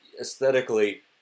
aesthetically